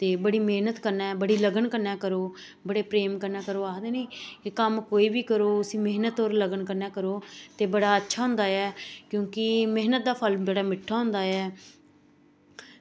ते बड़ी मैह्नत कन्नै बड़ी लगन कन्नै करो बड़े प्रेम कन्नै करो आक्खदे निं कम्म कोई बी करो मैह्नकत कन्नै करो ते अच्छा होंदा ऐ ते आक्खदे निं मैह्नत दा फल बड़ा मिट्ठा होंदा ऐ